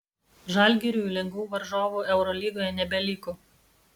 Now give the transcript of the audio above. žalgiriui lengvų varžovų eurolygoje nebeliko